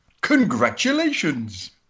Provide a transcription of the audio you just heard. Congratulations